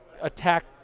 attack